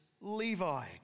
Levi